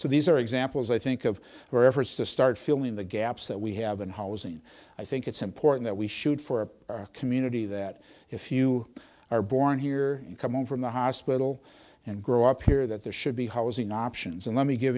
so these are examples i think of where efforts to start filling the gaps that we have in housing i think it's important that we shoot for a community that if you are born here you come from the hospital and grow up here that there should be housing options and let me give